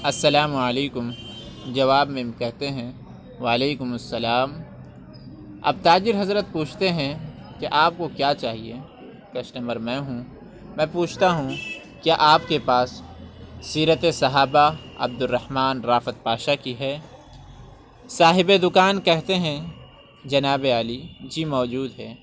السلام علیکم جواب میں کہتے ہیں وعلیکم السلام اب تاجر حضرت پوچھتے ہیں کہ آپ کو کیا چاہیے کسٹمر میں ہوں میں پوچھتا ہوں کیا آپ کے پاس سیرتِ صحابہ عبد الرحمان رافت پاشا کی ہے صاحب دکان کہتے ہیں جناب عالی جی موجود ہے